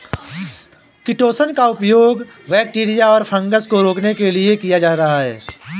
chitosan का प्रयोग bacteria और फँगस को रोकने के लिए किया जा रहा है